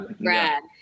Brad